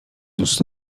دوست